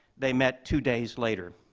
they met two days later.